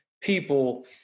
people